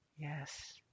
Yes